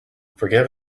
forgive